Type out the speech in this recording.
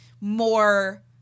more